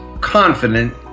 confident